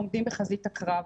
עומדים בחזית הקרב.